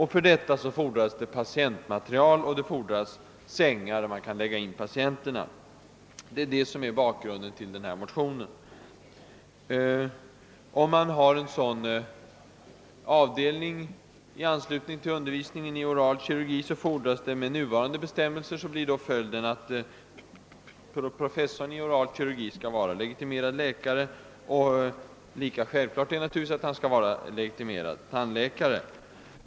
Härför fordras ett patientmaterial och även sängar där man kan lägga in patienterna. Det är detta som är bakgrunden till motionen. Har man en sådan sjukhusavdelning i anslutning till undervisningen i oral kirurgi, fordras med nuvarande bestämmelser att professorn i ämnet skall vara legitimerad läkare. Lika självklart är att han skall vara legitimerad tandläkare.